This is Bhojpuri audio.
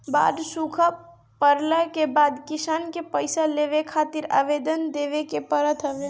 बाढ़ सुखा पड़ला के बाद किसान के पईसा लेवे खातिर आवेदन देवे के पड़त हवे